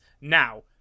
Now